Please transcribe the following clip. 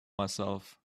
myself